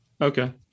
Okay